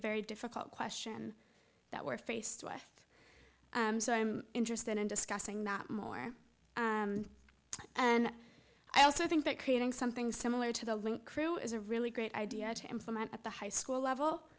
very difficult question that we're faced with so i'm interested in discussing that more and i also think that creating something similar to the link crew is a really great idea to implement at the high school level